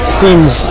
teams